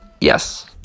Yes